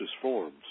forms